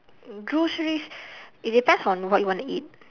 groceries it depends on what you wanna eat